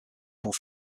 pour